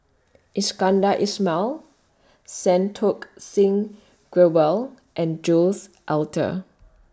Iskandar Ismail Santokh Singh Grewal and Jules Itier